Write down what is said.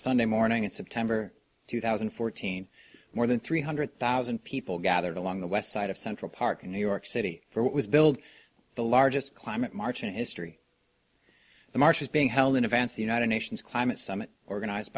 sunday morning in september two thousand and fourteen more than three hundred thousand people gathered along the west side of central park in new york city for what was billed the largest climate march in history the marches being held in advance the united nations climate summit organized